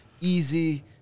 easy